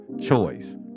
choice